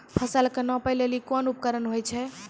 फसल कऽ नापै लेली कोन उपकरण होय छै?